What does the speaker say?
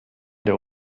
der